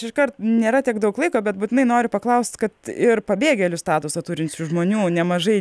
iškart nėra tiek daug laiko bet būtinai noriu paklaust kad ir pabėgėlių statusą turinčių žmonių nemažai